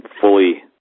fully